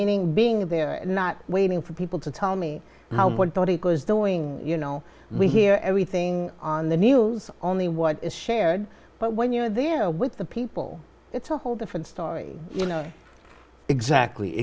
meaning being there and not waiting for people to tell me how what it was doing you know we hear everything on the news only what is shared but when you're there with the people it's a whole different story you know exactly